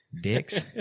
Dicks